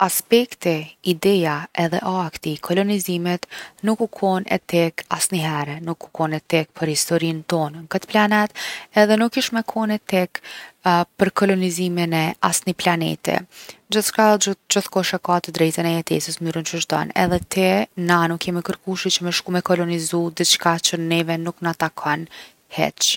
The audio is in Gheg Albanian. Aspekti, ideja edhe akti i kolonizimit nuk u kon etik asnihere. Nuk u kon etik për historinë tonë n’kët planet edhe nuk kish me kon etik për kolonizimin e asni planeti. Gjithçka edhe gjith- gjithkush e ka t’drejtën e jetesës n’mnyrën qysh don. Edhe ti, na, nuk jemi kërkushi që me shku me kolonizu diçka që nuk na takon hiq.